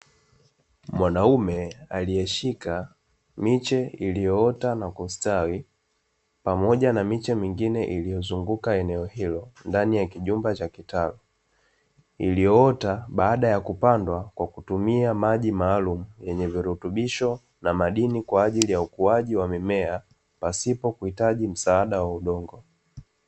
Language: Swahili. Mwanaume aliyeshika miche iliyoota nakustawi, pamoja na miche mingine iliyozunguka eneo hilo, ndani yakijumba cha kitalu. Iliyoota baada ya kupandwa kwa kutumia maji maalumu, yenye virutubisho na madini kwa ajili ya ukuaji wa mimea, pasipo kuhitaji msaada wa udongo.